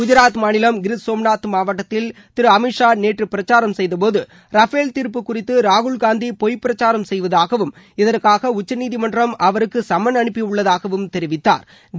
குஜாத் மாநிலம் கிர்சோம்நாத் மாவட்டத்தில் திரு அமித் ஷா நேற்று பிரச்சாரம் செய்த போது ரபேல் தீர்ப்பு குறித்து ராகுல் காந்தி பொய் பிரச்சாரம் செய்வதாகவும் இதற்காக உச்சநீதிமன்றம் அவருக்கு சம்மன் அனுப்பியுள்ளதாகவும் தெரிவித்தாா்